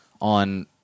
on